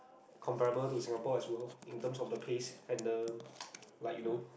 comparable to Singapore as well in terms of the pace and the like you know